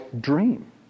dream